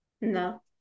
No